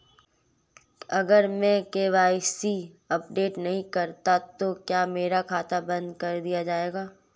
अगर मैं KYC update नहीं करता तो क्या मेरा खाता बंद कर दिया जाएगा?